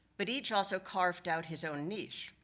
but each also carved out his own niche.